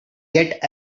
yet